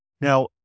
Now